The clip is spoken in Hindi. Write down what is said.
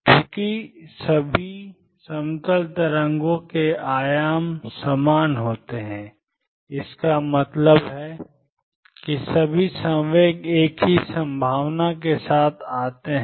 चूँकि सभी समतल तरंगों के आयाम समान होते हैं इसका मतलब है कि सभी संवेग एक ही संभावना के साथ आते हैं